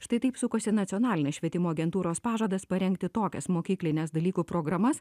štai taip sukosi nacionalinės švietimo agentūros pažadas parengti tokias mokyklines dalykų programas